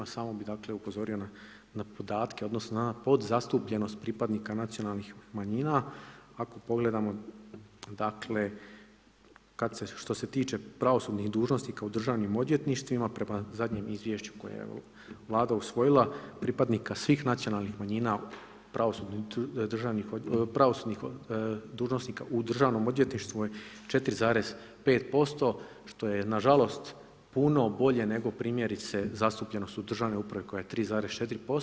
Samo bi dakle upozorio na podatke odnosno na podzastupljenost pripadnika nacionalnih manjina ako pogledamo dakle što se tiče pravosudnih dužnosnika u državnim odvjetništvima prema zadnjem Izvješću koje je Vlada usvojila, pripadnika svih nacionalnih manjina pravosudnih dužnosnika u državnom odvjetništvu je 4,5% što je na žalost puno bolje nego primjerice zastupljenost u državnoj upravi koja je 3,4%